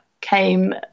came